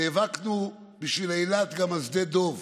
נאבקנו בשביל אילת גם על שדה דב,